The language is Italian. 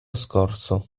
scorso